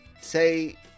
say